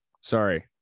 sorry